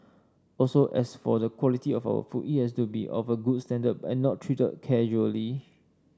also as for the quality of our food it has to be of a good standard and not treated casually